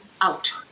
out